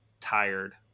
tired